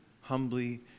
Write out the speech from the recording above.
humbly